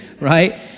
right